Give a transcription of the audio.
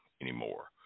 anymore